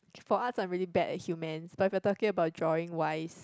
for arts I'm really bad at humans but if you're talking about drawing wise